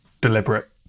deliberate